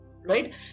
right